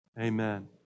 amen